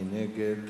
מי נגד?